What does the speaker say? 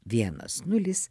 vienas nulis